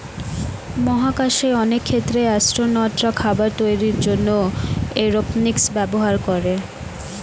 মহাকাশে অনেক ক্ষেত্রে অ্যাসট্রোনটরা খাবার তৈরির জন্যে এরওপনিক্স ব্যবহার করে